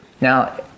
now